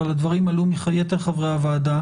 אבל הדברים עלו מיתר חברי הוועדה